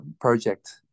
project